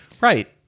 Right